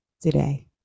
today